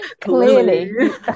Clearly